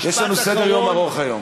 משפט אחרון, יש לנו סדר-יום ארוך היום.